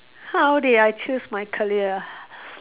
how did I choose my career ah